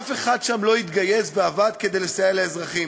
אף אחד שם לא התגייס ועבד כדי לסייע לאזרחים.